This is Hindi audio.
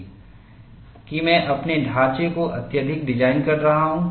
कि मैं अपने ढांचे को अत्यधिक डिजाइन कर रहा हूं